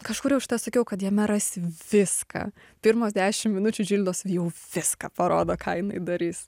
kažkur jau šitą sakiau kad jame rasi viską pirmos dešim minučių džildos jau viską parodo ką jinai darys